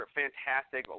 fantastic